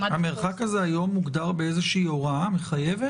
המרחק הזה היום מוגדר באיזושהי הוראה מחייבת?